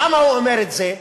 למה הוא אומר את זה?